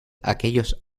aquellos